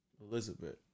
Elizabeth